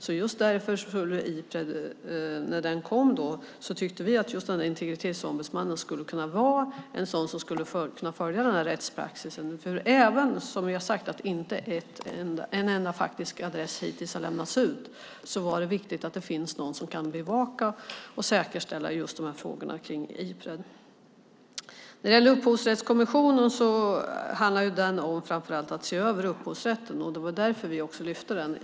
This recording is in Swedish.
Vi tyckte när Ipred kom att en integritetsombudsman skulle kunna följa rättspraxis. Även om inte en enda adress hittills har lämnats ut är det viktigt att det finns någon som kan bevaka och säkerställa frågorna kring Ipred. När det gäller upphovsrättskommissionen handlar den framför allt om att se över upphovsrätten. Det var därför vi lyfte fram den.